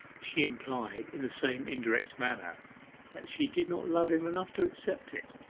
she implied in the same indirect manner that she did not love him enough to accept it.